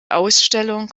ausstellung